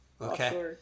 Okay